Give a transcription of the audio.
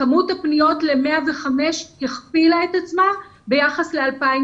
כמות הפניות ל-105 הכפילה את עצמה ביחס ל-2019.